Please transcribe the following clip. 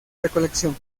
recolección